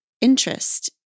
interest